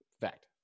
Fact